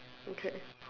okay